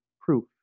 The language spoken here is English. proof